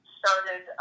started